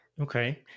Okay